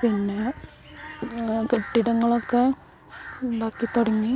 പിന്നെ കെട്ടിടങ്ങളൊക്കെ ഉണ്ടാക്കിത്തുടങ്ങി